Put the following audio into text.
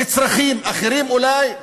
לצרכים אחרים אולי.